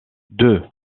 deux